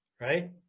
right